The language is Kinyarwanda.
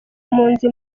mpunzi